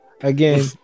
Again